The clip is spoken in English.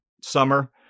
summer